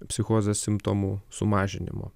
psichozės simptomų sumažinimo